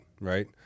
Right